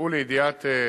הובאו לידיעת הנמל,